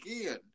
again